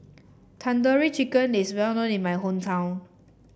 Tandoori Chicken is well known in my hometown